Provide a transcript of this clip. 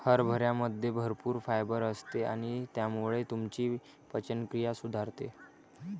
हरभऱ्यामध्ये भरपूर फायबर असते आणि त्यामुळे तुमची पचनक्रिया सुधारते